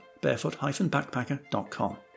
barefoot-backpacker.com